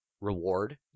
reward